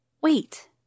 Wait